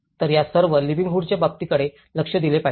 तर या सर्व लिवलीहूडच्या बाबींकडे लक्ष दिले पाहिजे